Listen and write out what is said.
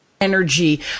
energy